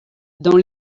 dans